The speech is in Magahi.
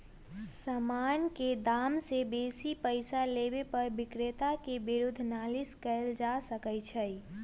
समान के दाम से बेशी पइसा लेबे पर विक्रेता के विरुद्ध नालिश कएल जा सकइ छइ